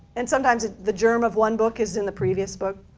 and sometimes the germ of one book is in the previous book.